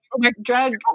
drug